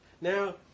Now